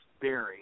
Barry